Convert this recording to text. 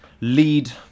lead